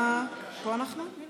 איפה אנחנו?